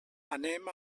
anem